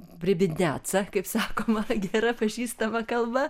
pribiedniatsia kaip sakoma gera pažįstama kalba